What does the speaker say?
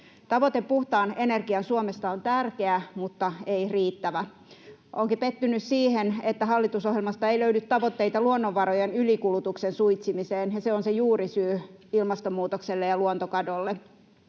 Tavoite puhtaan energian Suomesta on tärkeä mutta ei riittävä. Olenkin pettynyt siihen, että hallitusohjelmasta ei löydy tavoitteita luonnonvarojen ylikulutuksen suitsimiseen, ja se on se juurisyy ilmastonmuutokselle ja luontokadolle.